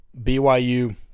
BYU